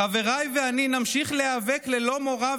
חבריי ואני נמשיך להיאבק ללא מורא,